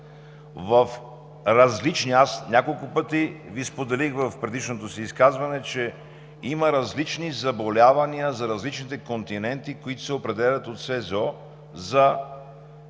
в целия свят. Аз няколко пъти Ви споделих в предишното си изказване, че има различни заболявания за различните континенти, които се определят от СЗО за